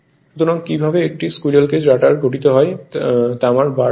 সুতরাং কিভাবে একটি স্কুইরেল কেজ রটার গঠিত হয় তামার বার দিয়ে